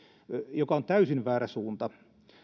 mikä on täysin väärä suunta